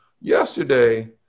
yesterday